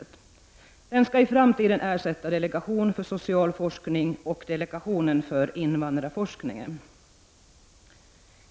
Det skall i framtiden ersätta delegationen för social forskning och delegationen för invandrarforskningen.